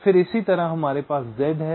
फिर इसी तरह हमारे पास z है